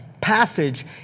passage